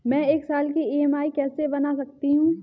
मैं एक साल की ई.एम.आई कैसे बना सकती हूँ?